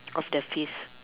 of the face